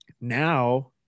now